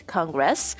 Congress